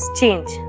change